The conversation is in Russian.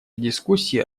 дискуссии